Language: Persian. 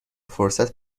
فرصت